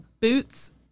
boots